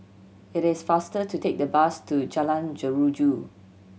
it is faster to take the bus to Jalan Jeruju